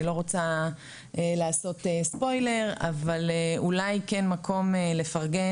אני לא רוצה לעשות ספויילר אבל אולי כן מקום לפרגן,